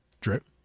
Drip